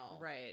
right